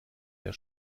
der